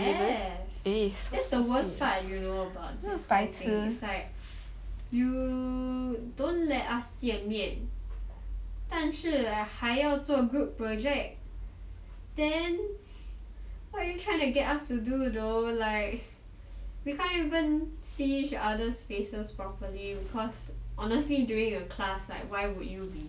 have that's the worst part you know about this whole thing is like you don't let us 见面但是还要做 group project then what are you trying to get us to do though like we can't even see each other's faces properly because honestly during a class like why would you